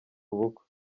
ubukwe